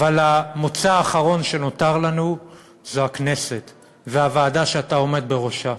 אבל המוצא האחרון שנותר לנו זה הכנסת והוועדה שאתה עומד בראשה,